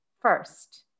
first